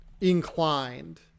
inclined